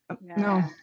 no